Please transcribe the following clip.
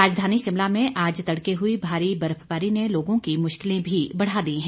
राजधानी शिमला में आज तड़के हुई भारी बर्फबारी ने लोगों की मुश्किलें भी बढ़ा दी हैं